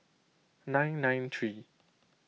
nine nine three